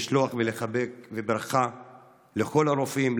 לחבק ולשלוח ברכה לכל הרופאים,